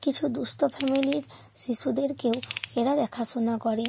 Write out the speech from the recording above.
কিছু দুঃস্থ ফ্যামিলির শিশুদেরকেও এরা দেখাশোনা করে